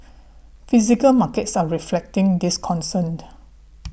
physical markets are reflecting this concern